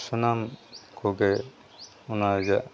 ᱥᱟᱱᱟᱢ ᱠᱚᱜᱮ ᱚᱱᱟ ᱨᱮᱭᱟᱜ